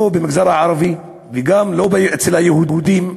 לא במגזר הערבי וגם לא אצל היהודים,